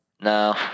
No